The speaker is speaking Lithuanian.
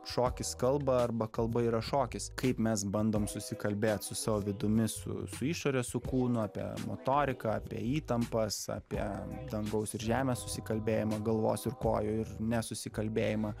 šokis kalba arba kalba yra šokis kaip mes bandom susikalbėt su savo vidumi su su išore su kūnu apie motoriką apie įtampas apie dangaus ir žemės susikalbėjimą galvos ir kojų ir nesusikalbėjimą